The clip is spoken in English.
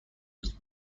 was